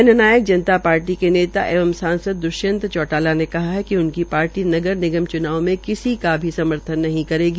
जननायक जनता पार्टी के नेता एवं सांसद द्वष्यंत चौटाला ने कहा कि उनकी पार्टी नगर निगम च्नाव में किसी का भी समर्थन नहीं करेगी